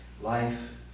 life